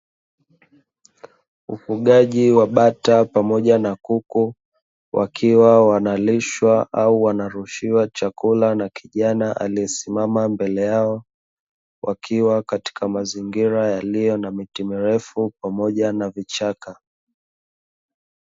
Ufugaji wa bata pamoja na kuku, wakiwa wanalishwa au wanarushiwa chakula na kijana aliyesimama mbele yao, wakiwa katika mazingira yaliyo na miti mirefu pamoja na vichaka.